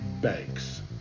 banks